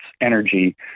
energy